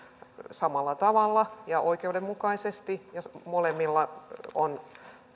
samalla tavalla ja oikeudenmukaisesti ja molemmilla on